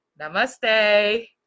namaste